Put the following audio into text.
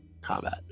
combat